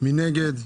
מי נגד?